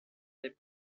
des